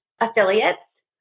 affiliates